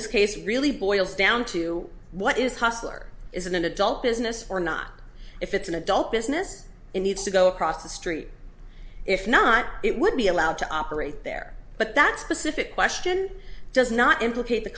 this case really boils down to what is hustler is an adult business or not if it's an adult business in needs to go across the street if not it would be allowed to operate there but that's pacific question does not implicate the